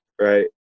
right